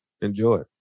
Enjoy